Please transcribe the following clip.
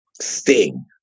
Sting